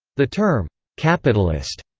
the term capitalist,